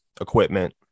equipment